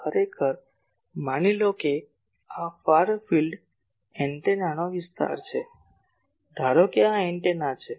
તો ખરેખર માની લો કે આ વિસ્તાર એન્ટેનાનો વિસ્તાર છે ધારો કે આ એન્ટેના છે